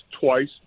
twice